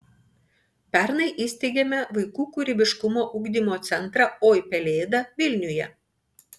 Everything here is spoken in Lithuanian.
pernai įsteigėme vaikų kūrybiškumo ugdymo centrą oi pelėda vilniuje